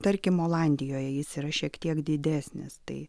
tarkim olandijoje jis yra šiek tiek didesnis tai